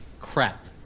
crap